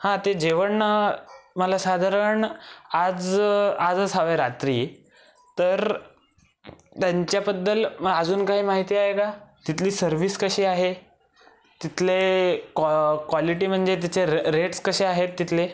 हां ते जेवण मला साधारण आज आजच हवं आहे रात्री तर त्यांच्याबद्दल मग आजून काही माहिती आहे का तिथली सर्विस कशी आहे तिथले कॉ क्वॉलिटी म्हणजे तिचे रे रेट्स कसे आहेत तिथले